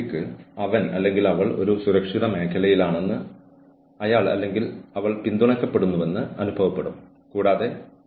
ആരെങ്കിലും മയക്കുമരുന്ന് ഉപയോഗിക്കുന്നതായി കണ്ടെത്തിയാൽ മയക്കുമരുന്ന് ഉപയോഗിച്ച് ജോലിക്ക് വരുന്നത് അല്ലെങ്കിൽ മറ്റുള്ളവരെ ശല്യപ്പെടുത്തുന്നതായി കണ്ടെത്തി അല്ലെങ്കിൽ ജോലിയിൽ ഉൽപ്പാദനക്ഷമമല്ല